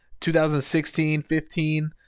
2016-15